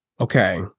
okay